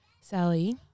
Sally